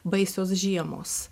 baisios žiemos